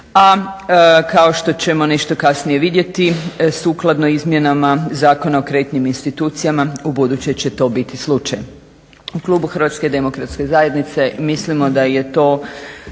a kao što ćemo nešto kasnije vidjeti sukladno izmjenama Zakona o kreditnim institucijama ubuduće će to biti slučaj. U klubu HDZ-a mislimo da je to